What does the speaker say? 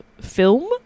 film